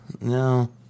No